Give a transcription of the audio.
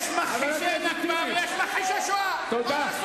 יש מכחישי "נכבה", ויש מכחישי שואה.